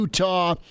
Utah